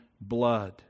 blood